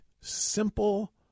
simple